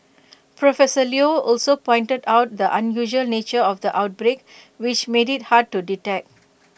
professor Leo also pointed out the unusual nature of the outbreak which made IT hard to detect